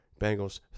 Bengals